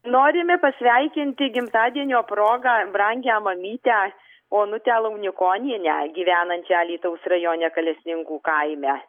norime pasveikinti gimtadienio proga brangią mamytę onutę launikonienę gyvenančią alytaus rajone kalesninkų kaime